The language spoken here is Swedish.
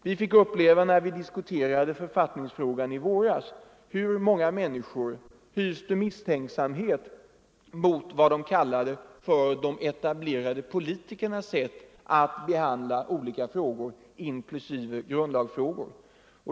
När vi i våras diskuterade författningsfrågan fick vi uppleva hur många människor hyste misstänksamhet mot vad de kallade för de etablerade politikernas sätt att behandla olika frågor inklusive grundlagsfrågor.